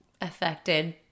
affected